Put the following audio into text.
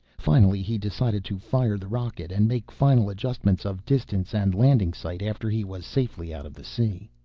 finally he decided to fire the rocket and make final adjustments of distance and landing site after he was safely out of the sea.